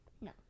No